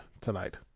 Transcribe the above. tonight